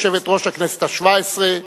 יושבת-ראש הכנסת השבע-עשרה,